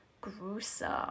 gruesome